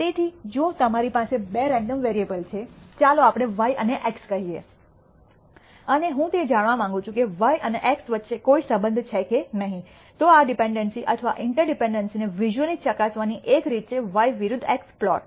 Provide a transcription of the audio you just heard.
તેથી જો તમારી પાસે બે રેન્ડમ વેરીએબલ છે ચાલો આપણે y અને x કહીએ અને હું તે જાણવા માંગુ છું કે y અને x વચ્ચે કોઈ સંબંધ છે કે નહીં તો આ ડિપેન્ડન્સી અથવા ઈન્ટરડિપેન્ડન્સીને વિશ઼ૂઅલી ચકાસવાની એક રીત છે y વિરુદ્ધ X પ્લોટ